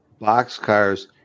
boxcars